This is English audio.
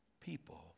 people